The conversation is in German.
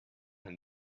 ein